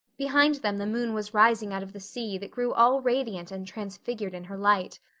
behind them the moon was rising out of the sea that grew all radiant and transfigured in her light.